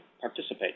participate